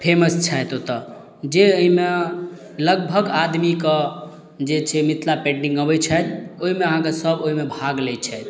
famous छथि ओतऽ जे एहिमे लगभग आदमीके जे छै मिथिला पेन्टिंग अबै छथि ओहिमे आहाँके सब ओहिमे भाग लै छथि